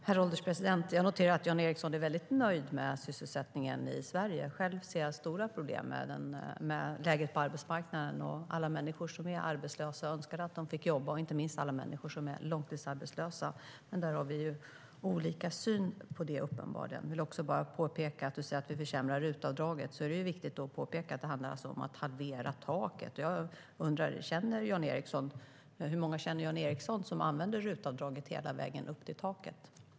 Herr ålderspresident! Jag noterar att Jan Ericson är väldigt nöjd med sysselsättningen i Sverige. Själv ser jag stora problem med läget på arbetsmarknaden och alla som är arbetslösa. Jag önskar att de fick jobb, inte minst alla som är långtidsarbetslösa. Men där har vi uppenbarligen olika syn. När Jan Ericson säger att vi försämrar RUT-avdraget är det viktigt att påpeka att det handlar om att halvera taket. Hur många känner Jan Ericson som använder RUT-avdraget hela vägen upp till taket?